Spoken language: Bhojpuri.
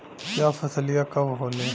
यह फसलिया कब होले?